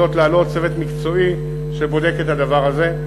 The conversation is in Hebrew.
להעלות צוות מקצועי שבודק את הדבר הזה.